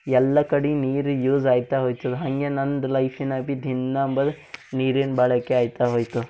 ಎಲ್ಲ ಕಡೆ ನೀರು ಯೂಸ್ ಆಯ್ತಾ ಹೊಯ್ತದ ಹಾಗೆ ನಂದು ಲೈಫಿನಾಗ ಭಿ ದಿನ ಅಂಬದು ನೀರಿನ ಬಳಕೆ ಆಯ್ತಾ ಹೊಯ್ತದ